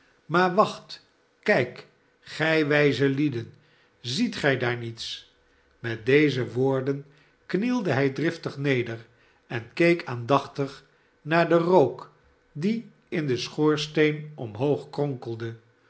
maar wacht ziet gij daar niets met deze woorden knielde hij driftig neder en keek aandachtig naar den rook die in den schoorsteen omhoog kronkelde